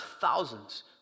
thousands